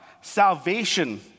Salvation